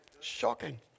shocking